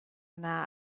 yna